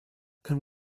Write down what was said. can